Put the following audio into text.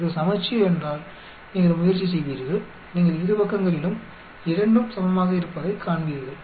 இது சமச்சீர் என்றால் நீங்கள் முயற்சி செய்வீர்கள் நீங்கள் இரு பக்கங்களிலும் இரண்டும் சமமாக இருப்பதைக் காண்பீர்கள்